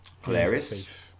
Hilarious